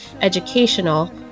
educational